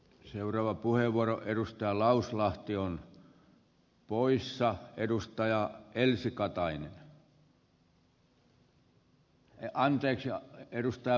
seuraava puheenvuoro edustaja lauslahti on poissa edustaja elsi katainen anteeksi edustaja vehkaperä ensin